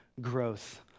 growth